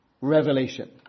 revelation